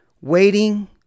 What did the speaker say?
waiting